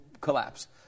collapse